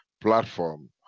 platform